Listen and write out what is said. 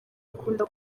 akunda